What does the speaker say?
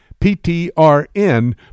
PTRN